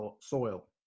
soil